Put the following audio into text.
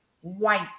white